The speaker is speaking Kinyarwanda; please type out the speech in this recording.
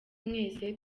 mwese